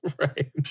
right